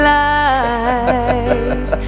life